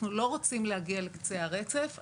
המצוקה הנפשית הזאת יכולה להיות בסופו של דבר חרדה,